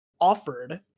offered